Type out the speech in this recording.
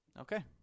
Okay